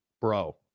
Bro